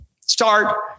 Start